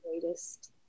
greatest